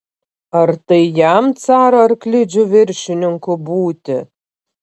ar tai jam caro arklidžių viršininku būti